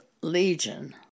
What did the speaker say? Legion